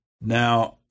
Now